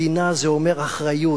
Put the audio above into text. מדינה זה אומר אחריות,